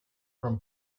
from